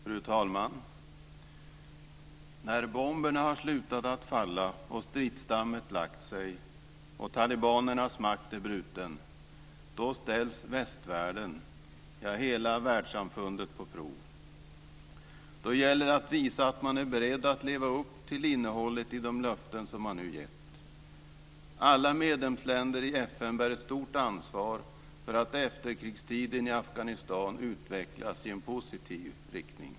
Fru talman! När bomberna har slutat att falla och stridsdammet lagt sig och när talibanernas makt är bruten ställs västvärlden och hela världssamfundet på prov. Då gäller det att visa att man är beredd att leva upp till innehållet i de löften som man nu gett. Alla medlemsländer i FN bär ett stort ansvar för att efterkrigstiden i Afghanistan utvecklas i en positiv riktning.